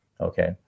okay